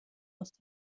aus